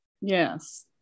Yes